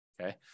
Okay